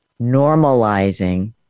normalizing